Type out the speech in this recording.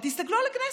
ותסתכלו על הכנסת,